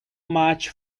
much